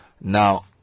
Now